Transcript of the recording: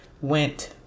went